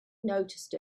noticed